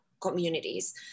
communities